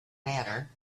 matter